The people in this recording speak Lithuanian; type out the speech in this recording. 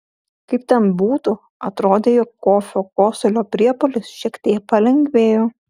kaip ten būtų atrodė jog kofio kosulio priepuolis šiek tiek palengvėjo